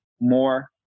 more